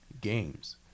games